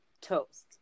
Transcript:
toast